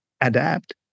adapt